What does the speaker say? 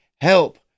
help